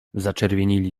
zaczerwienili